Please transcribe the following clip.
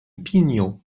pigno